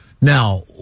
Now